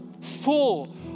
Full